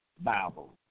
Bible